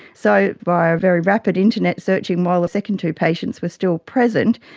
so by a very rapid internet search um while the second two patients were still present,